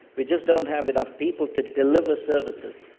we just don't have enough people to deliver services.